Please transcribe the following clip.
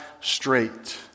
straight